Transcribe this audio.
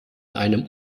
einem